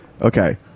okay